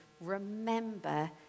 Remember